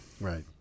Right